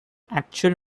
actual